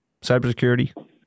cybersecurity